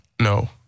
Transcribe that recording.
No